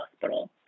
hospital